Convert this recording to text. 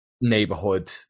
neighborhood